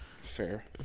Fair